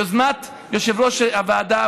ביוזמת יושב-ראש הוועדה,